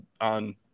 on